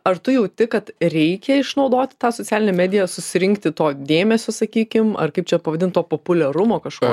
ar tu jauti kad reikia išnaudoti tą socialinę mediją susirinkti to dėmesio sakykim ar kaip čia pavadint to populiarumo kažko